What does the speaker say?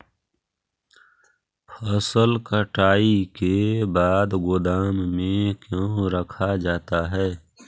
फसल कटाई के बाद गोदाम में क्यों रखा जाता है?